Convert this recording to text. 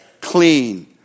Clean